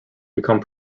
become